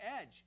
edge